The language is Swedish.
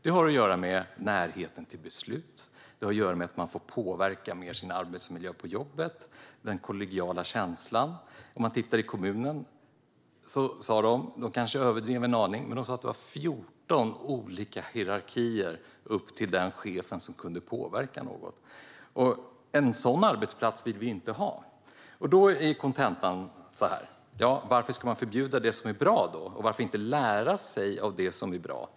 Det har att göra med närheten till beslut, att man får påverka sin arbetsmiljö mer och den kollegiala känslan. De inom kommunen kanske överdrev en aning, men de sa att det var 14 olika nivåer i hierarkin upp till den chef som kunde påverka något. En sådan arbetsplats vill vi ju inte ha. Kontentan är denna: Varför ska man förbjuda det som är bra? Varför inte i stället lära sig av det som är bra?